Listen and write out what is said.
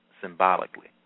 symbolically